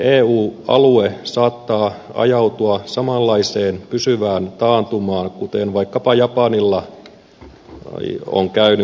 eu alue saattaa ajautua samanlaiseen pysyvään taantumaan kuten vaikkapa japanille on käynyt